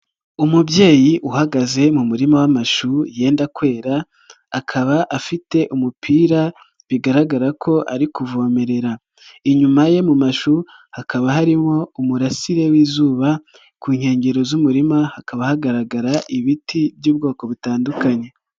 Umubyeyi uhagaze mu murima w'amashu yenda kwera, akaba afite umupira bigaragara ko ari kuvomerera, inyuma ye mu mashu hakaba harimo umurasire w'izuba, ku nkengero z'umurima hakaba hagaragara ibiti by'ubwoko butandukanye.